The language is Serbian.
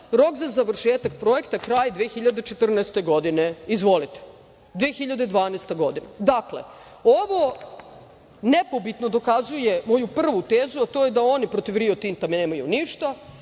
Rok za završetak projekta kraj 2014. godine. Izvolite. Godina 2012.Dakle, ovo nepobitno dokazuje moju prvu tezu, a to je da oni protiv Rio Tinta nemaju ništa,